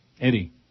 Eddie